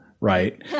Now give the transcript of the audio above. Right